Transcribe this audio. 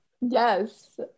Yes